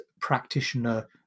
practitioner